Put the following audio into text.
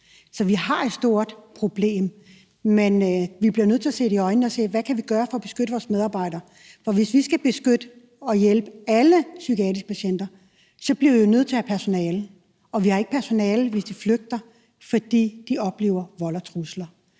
Så vi har et stort problem, og vi bliver nødt til at se det i øjnene og sige: Hvad kan vi gøre for at beskytte vores medarbejdere? For hvis vi skal beskytte og hjælpe alle psykiatriske patienter, bliver vi nødt til at have personale, og vi har ikke personale, hvis de flygter, fordi de oplever at blive